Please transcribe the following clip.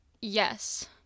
Yes